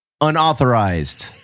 unauthorized